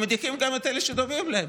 הם מדיחים גם את אלה שדומים להם.